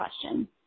question